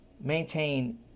Maintain